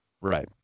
right